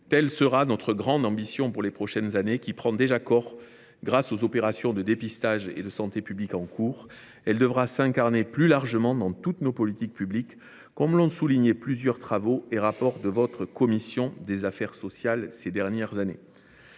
Telle sera notre grande ambition pour les prochaines années. Si celle ci prend déjà corps grâce aux opérations de dépistage et de santé publique en cours, elle devra s’incarner plus largement dans toutes nos politiques publiques, comme l’ont du reste souligné plusieurs travaux et rapports de votre commission des affaires sociales ces dernières années.